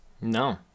no